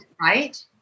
right